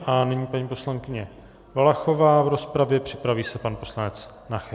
A nyní paní poslankyně Valachová v rozpravě, připraví se pan poslanec Nacher.